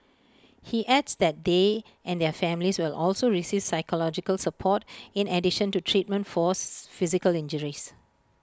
he adds that they and their families will also receive psychological support in addition to treatment force physical injuries